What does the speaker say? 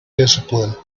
discipline